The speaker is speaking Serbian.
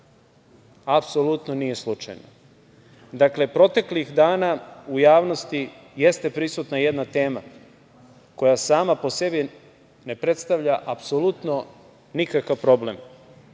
apsolutno nije slučajno. Dakle, proteklih dana u javnosti jeste prisutna jedna tema koja sama po sebi ne predstavlja apsolutno nikakav problem.